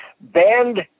banned